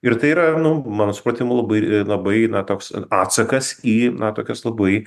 ir tai yra nu mano supratimu labai labai na toks atsakas į na tokios labai